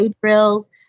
drills